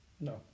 No